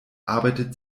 arbeitet